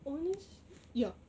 honest ya